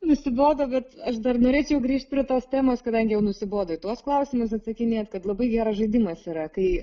nusibodo bet aš dar norėčiau grįžt prie tos temos kadangi jau nusibodo į tuos klausimus atsakinėt kad labai geras žaidimas yra kai